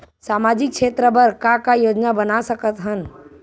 सामाजिक क्षेत्र बर का का योजना बना सकत हन?